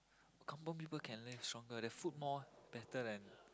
kampung people can live stronger their food more better than